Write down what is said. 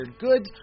goods